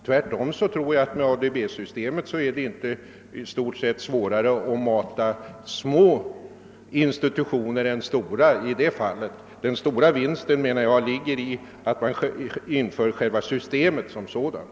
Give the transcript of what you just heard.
Tvärtom anser jag att med ADB-systemet är det knappast svårare att mata små institutioner än stora i det fallet. Den stora vinsten anser jag ligger i att man inför systemet som sådant.